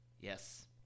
Yes